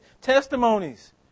testimonies